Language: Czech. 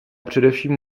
především